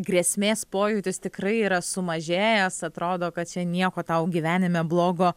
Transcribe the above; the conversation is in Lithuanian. grėsmės pojūtis tikrai yra sumažėjęs atrodo kad čia nieko tau gyvenime blogo